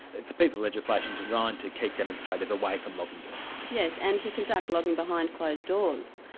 it's a piece of legislation designed to keep demonstrators away from logging coops. yes, and to conduct logging behind closed doors.